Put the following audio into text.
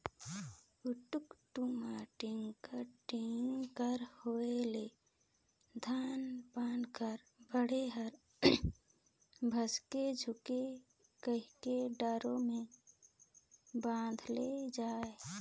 उटुक टुमुर, ढोड़गा टिकरा होए ले धान पान कर बीड़ा हर भसके झिन कहिके डोरा मे बाधल जाथे